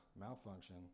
malfunction